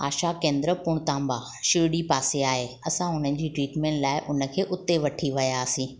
आशा केंद्र पुणताम्बा शिरडी पासे आहे असां हुननि जे ट्रीटमैंट लाइ उनखे उते वठी वियासी